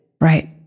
Right